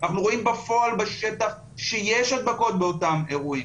אנחנו רואים בפועל בשטח שיש הדבקות באותם אירועים.